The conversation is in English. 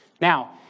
Now